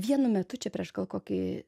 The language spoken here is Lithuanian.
vienu metu čia prieš gal kokį